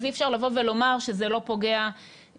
אז אי אפשר לבוא ולומר שזה לא פוגע בכלכלה.